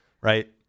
right